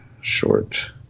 short